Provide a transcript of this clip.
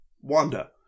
Wanda